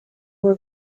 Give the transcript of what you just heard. were